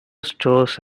stores